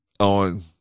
On